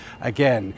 again